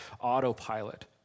autopilot